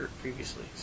previously